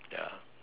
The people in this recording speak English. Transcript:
ya